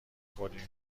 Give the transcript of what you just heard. خوردیم